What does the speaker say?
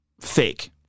fake